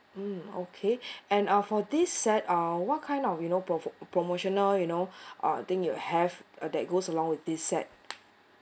mm okay and uh for this set uh what kind of you know promo promotional you know uh thing you have uh that goes along with this set